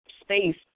space